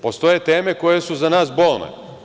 Postoje teme koje su za nas bolne.